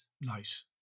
Nice